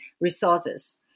resources